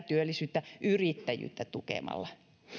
työllisyyttä yrittäjyyttä tukemalla